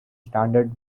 standard